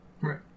Right